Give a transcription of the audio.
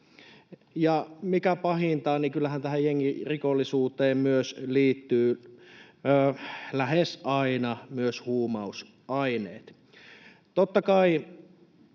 mikä pahinta, niin kyllähän tähän jengirikollisuuteen liittyy lähes aina myös huumausaineet.